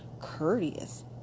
courteous